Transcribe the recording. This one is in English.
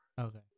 Okay